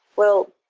well,